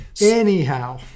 Anyhow